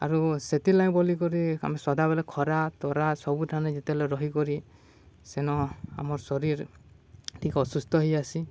ଆରୁ ସେଥିର୍ଲାଗି ବୋଲିକରି ଆମେ ସଦାବେଳେ ଖରା ତରା ସବୁଠାନେ ଯେତେବେଲେ ରହିକରି ସେନ ଆମର୍ ଶରୀର ଟିକେ ଅସୁସ୍ଥ ହେଇ ଯାଏସି